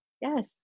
yes